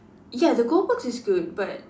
ya the Goldbergs is good but